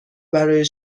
برای